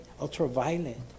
Ultraviolet